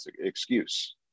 excuse